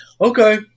Okay